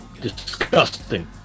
Disgusting